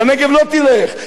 לנגב לא תלך,